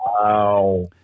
Wow